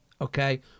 Okay